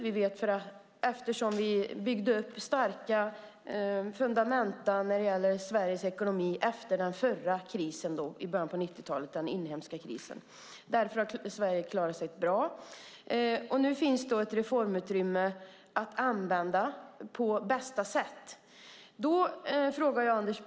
Vi byggde upp starka fundament för Sveriges ekonomi efter den inhemska krisen i början av 90-talet. Därför har Sverige klarat sig bra. Nu finns det ett reformutrymme att använda på bästa sätt.